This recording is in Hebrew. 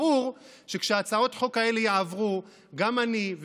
ברור שכשהצעות החוק האלה יעברו גם אני,